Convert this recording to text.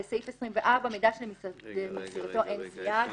מידע שלמסירתו אין סייג